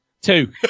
two